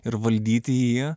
ir valdyti jį